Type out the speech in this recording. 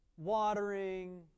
watering